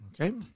Okay